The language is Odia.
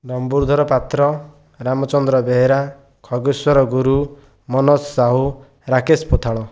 ଡମ୍ବରୁଧର ପାତ୍ର ରାମଚନ୍ଦ୍ର ବେହେରା ଖଗେଶ୍ଵର ଗୁରୁ ମନୋଜ ସାହୁ ରାକେଶ ପୋଥାଳ